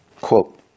Quote